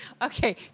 Okay